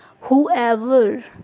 whoever